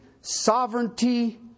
sovereignty